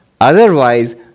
otherwise